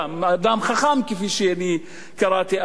אדם חכם, כפי שאני קראתי עליו.